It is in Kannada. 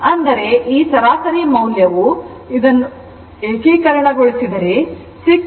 ಅಂದರೆ ಈ ಆ ಸರಾಸರಿ ಮೌಲ್ಯವು ಇದನ್ನು ಏಕೀಕರಣಗೊಳಿಸಿದರೆ ಅದು 0